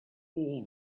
all